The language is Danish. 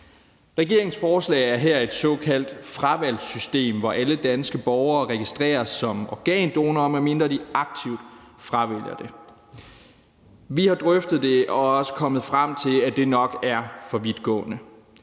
Regeringens forslag her er et såkaldt fravalgsystem, hvor alle danske borgere registreres som organdonorer, medmindre de aktivt fravælger det. Vi har drøftet det og er kommet frem til, at det nok er for vidtgående.